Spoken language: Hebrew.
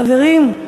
חברים.